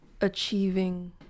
achieving